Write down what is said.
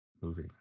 movie